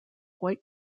white